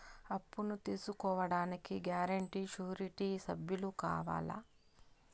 అప్పును తీసుకోడానికి guarantee, surety సభ్యులు కావాలా?